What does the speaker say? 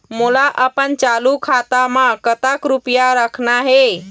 मोला अपन चालू खाता म कतक रूपया रखना हे?